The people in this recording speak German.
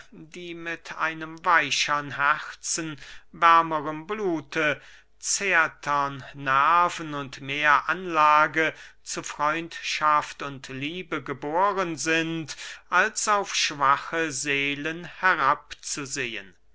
die mit einem weichern herzen wärmerem blute zärtern nerven und mehr anlage zu freundschaft und liebe geboren sind als auf schwache seelen herab zu sehen